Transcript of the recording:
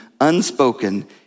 unspoken